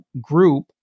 group